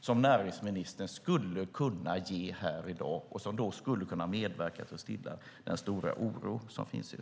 som näringsministern skulle kunna ge i dag och medverka till att stilla den stora oro som finns.